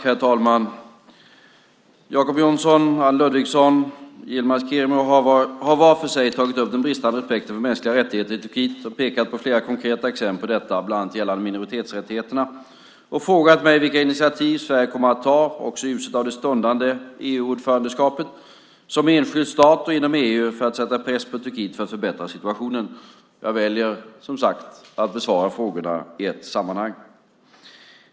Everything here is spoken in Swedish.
Herr talman! Jacob Johnson, Anne Ludvigsson och Yilmaz Kerimo har var för sig tagit upp den bristande respekten för mänskliga rättigheter i Turkiet och pekat på flera konkreta exempel på detta, bland annat gällande minoritetsrättigheterna, och frågat mig vilka initiativ Sverige kommer att ta, också i ljuset av det stundande EU-ordförandeskapet, som enskild stat och inom EU för att sätta press på Turkiet att förbättra situationen. Jag väljer som sagt att besvara frågorna i ett sammanhang.